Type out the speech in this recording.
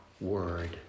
word